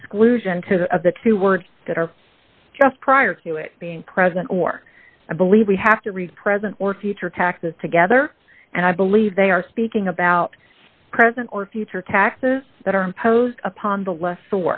exclusion to the of the two words that are just prior to it being present or i believe we have to read present or future taxes together and i believe they are speaking about present or future taxes that are imposed upon the le